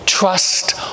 Trust